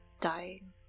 dying